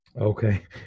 Okay